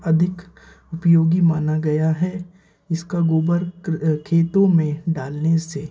अधिक उपयोगी माना गया है इसका गोबर खेतों में डालने से